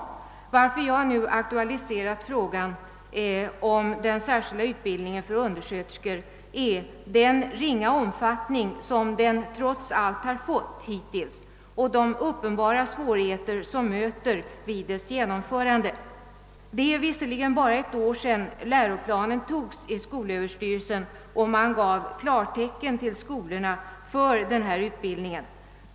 Anledningen till att jag nu aktualiserade frågan om den särskilda utbildningen för undersköterskor är den ringa omfattning som den trots allt har fått hittills och de uppenbara svårigheter som möter vid dess genomförande. Det är visserligen bara ett år sedan läroplanen fastställdes av skolöverstyrelsen och klartecken gavs åt skolorna för denna utbildning.